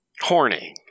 horny